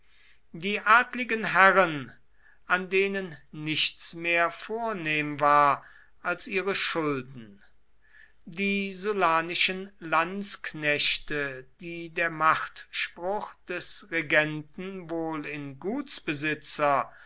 die adligen herren an denen nichts mehr vornehm war als ihre schulden die sullanischen lanzknechte die der machtspruch des regenten wohl in